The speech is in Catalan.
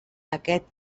aquest